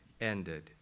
ended